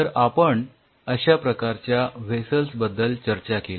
तर आपण अश्या प्रकारच्या व्हेसल्स बद्दल चर्चा केली